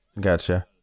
Gotcha